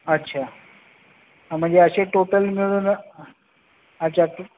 अच्छा म्हणजे असे टोटल मिळून अच्छा